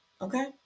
Okay